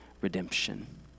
redemption